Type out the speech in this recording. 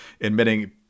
admitting